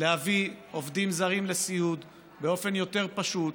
להביא עובדים זרים לסיעוד באופן יותר פשוט,